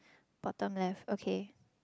bottom left okay